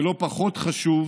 ולא פחות חשוב